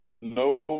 no